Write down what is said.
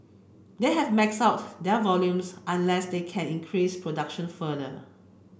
they have maxed out their volumes unless they can increase production further